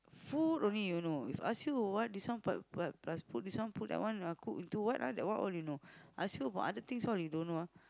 food only you know if ask you what this one plus plus plus put this one put that one cook into what ah then one all you know ask you about other things all you don't know ah